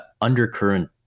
undercurrent